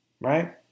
right